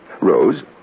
Rose